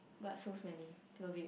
but so smelly love it